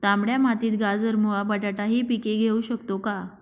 तांबड्या मातीत गाजर, मुळा, बटाटा हि पिके घेऊ शकतो का?